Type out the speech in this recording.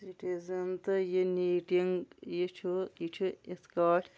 citizen تہٕ یہِ knitting یہِ چھُ یہِ چھُ یِتھ کٲٹھۍ